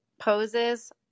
poses